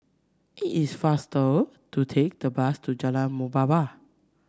it is faster to take the bus to Jalan Muhibbah